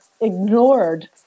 ignored